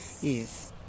yes